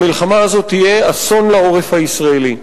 המלחמה הזאת תהיה אסון לעורף הישראלי.